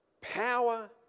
power